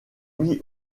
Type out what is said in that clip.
mis